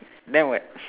then what